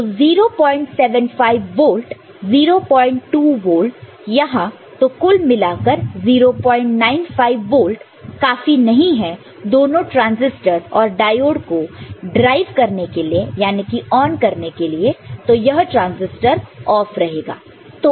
तो 075 volt 02 volt यहां तो कुल मिलाकर 095 वोल्ट काफी नहीं है दोनों ट्रांसिस्टर और डायोड को ड्राइव करने के लिए याने की ऑन करने के लिए तो यह ट्रांसिस्टर ऑफ रहेगा